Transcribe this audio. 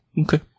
Okay